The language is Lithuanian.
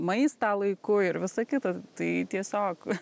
maistą laiku ir visa kita tai tiesiog